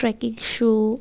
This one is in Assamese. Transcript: trekking shoe